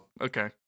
Okay